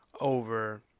over